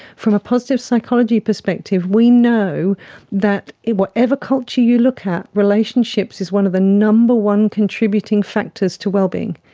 from a positive psychology perspective we know that whatever culture you look at, relationships is one of the number one contributing factors to well-being.